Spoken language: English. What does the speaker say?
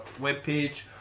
webpage